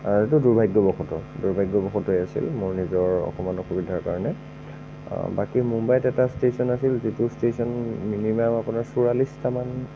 এইটো দুৰ্ভাগ্যবশতঃ দুৰ্ভাগ্যবশতয়ে আছিল মোৰ নিজৰ অকমান অসুবিধাৰ কাৰণে বাকী মুম্বাইত এটা ষ্টেচন আছিল যিটো ষ্টেচন মিনিমাম আপোনাৰ চৌৰাল্লিছটামান